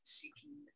seeking